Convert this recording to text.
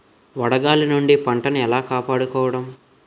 వడగాలి నుండి పంటను ఏలా కాపాడుకోవడం?